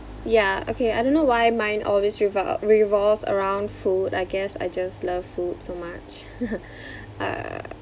ya okay I don't know why mine always revo~ revolves around food I guess I just love food so much uh